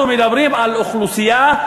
אנחנו מדברים על אוכלוסייה,